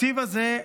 בתקציב הזה,